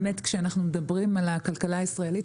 כשאנחנו מדברים על הכלכלה הישראלית,